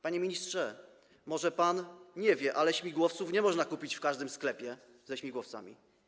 Panie ministrze, może pan nie wie, ale śmigłowców nie można kupić w każdym sklepie ze śmigłowcami.